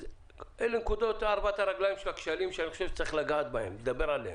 אלה ארבעת הרגליים של הכשלים שאני חושב שצריך לגעת בהם ולדבר עליהם.